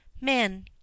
Men